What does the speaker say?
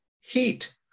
heat